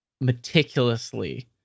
meticulously